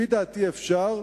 לפי דעתי, אפשר